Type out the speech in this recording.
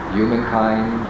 humankind